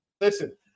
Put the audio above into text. listen